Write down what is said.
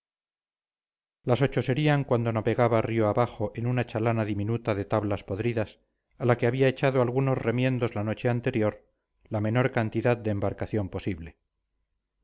las ocho serían cuando navegaba río abajo en una chalana diminuta de tablas podridas a la que había echado algunos remiendos la noche anterior la menor cantidad de embarcación posible